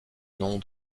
nom